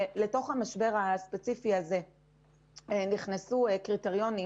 לתוך המשבר הספציפי הזה נכנסו קריטריונים